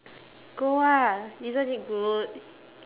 go ah isn't it good